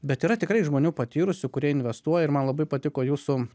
bet yra tikrai žmonių patyrusių kurie investuoja ir man labai patiko jūsų